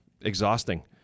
exhausting